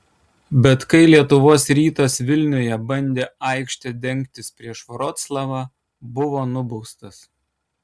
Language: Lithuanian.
bet kai lietuvos rytas vilniuje bandė aikšte dengtis prieš vroclavą buvo nubaustas